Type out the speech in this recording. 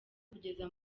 kugeza